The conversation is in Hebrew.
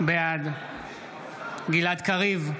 בעד מטי צרפתי הרכבי,